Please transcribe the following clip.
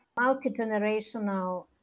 multi-generational